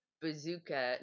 bazooka